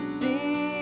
see